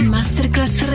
Masterclass